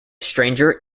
stranger